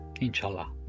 Inshallah